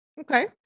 Okay